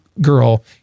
girl